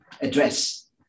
address